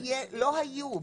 לא היו,